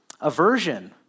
aversion